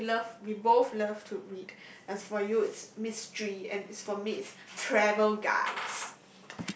we love we both love to read as for you it's mystery and as for me it's travel guides